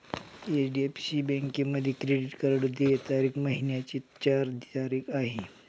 HDFC बँकेमध्ये credit card देय तारीख महिन्याची चार तारीख आहे